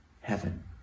heaven